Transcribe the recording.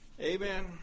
Amen